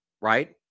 right